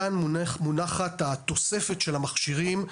כאן מונחת התוספת של המכשירים,